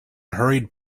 hurried